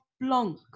Blanc